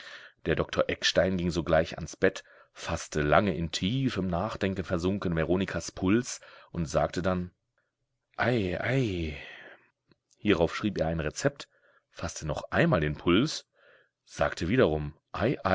der doktor eckstein ging sogleich ans bett faßte lange in tiefem nachdenken versunken veronikas puls und sagte dann ei ei hierauf schrieb er ein rezept faßte noch einmal den puls sagte wiederum